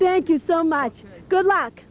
thank you so much good luck